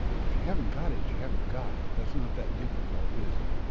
if you haven't got it, you haven't got it. that's not that difficult is it?